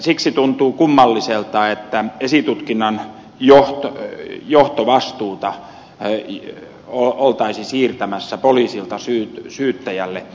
siksi tuntuu kummalliselta että esitutkinnan johtovastuuta oltaisiin siirtämässä poliisilta syyttäjälle